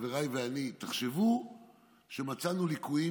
חבריי ואני: תחשבו שמצאנו ליקויים,